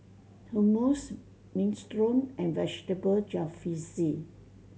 Hummus Minestrone and Vegetable Jalfrezi